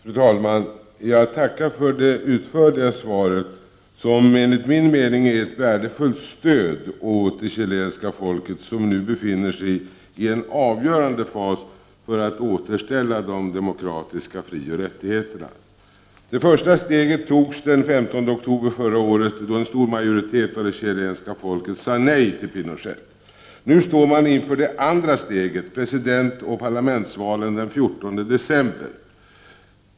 Fru talman! Jag tackar för det utförliga svaret, som enligt min mening är ett värdefullt stöd åt det chilenska folket, som nu befinner sig i en avgörande fas för att återställa de demokratiska frioch rättigheterna. Det första steget togs den 15 oktober förra året, då en stor majoritet av det chilenska folket sade nej till Pinochet. Nu står man inför det andra steget, presidentoch parlamentsvalen den 14 december.